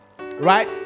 Right